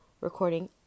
recording